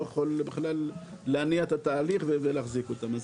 יכול בכלל להניע את התהליך ולהחזיק אותם.